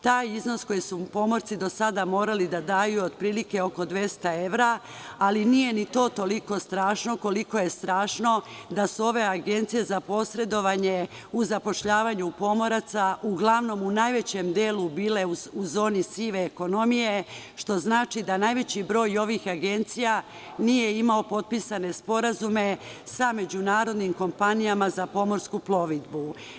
Taj iznos koji su pomorci do sada morali da daju, otprilike oko 200 evra, ali nije ni to toliko strašno, koliko je strašno da su ove agencije za posredovanje u zapošljavanju pomoraca, uglavnom u najvećem delu bile u zoni sive ekonomije, što znači da najveći broj ovih agencija nije imao potpisane sporazume sa međunarodnim kompanijama za pomorsku plovidbu.